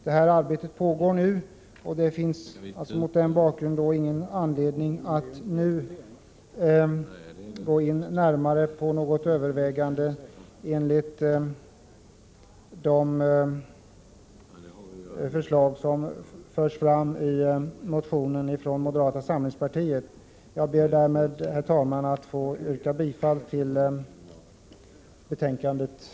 Detta arbete pågår, och det finns mot den bakgrunden ingen anledning att nu gå närmare in på något övervägande enligt de förslag som förs fram i motionen från moderata samlingspartiet. Jag ber därmed, herr talman, att få yrka bifall till utskottets hemställan.